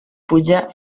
puja